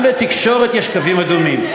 גם לתקשורת יש קווים אדומים.